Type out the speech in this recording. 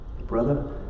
Brother